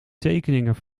tekeningen